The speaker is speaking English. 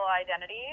identity